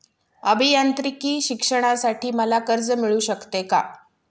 अभियांत्रिकी शिक्षणासाठी मला कर्ज मिळू शकते का?